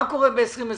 מה קורה ב-2021?